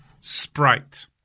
Sprite